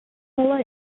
color